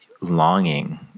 longing